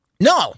No